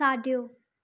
साॼो